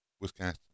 Wisconsin